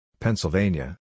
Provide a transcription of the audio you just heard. Pennsylvania